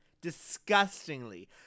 Disgustingly